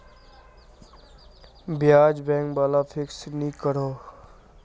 ब्याज़ बैंक वाला फिक्स नि करोह